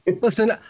Listen